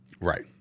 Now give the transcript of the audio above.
Right